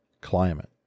climate